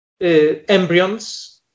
embryons